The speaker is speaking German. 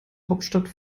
hauptstadt